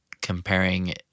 comparing